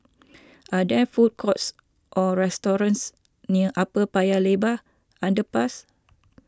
are there food courts or restaurants near Upper Paya Lebar Underpass